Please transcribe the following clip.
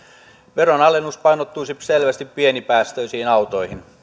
veronalennus painottuisi selvästi pienipäästöisiin autoihin